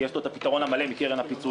כי יש לו את הפתרון המלא מקרן הפיצויים.